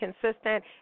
consistent